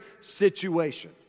situation